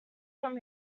from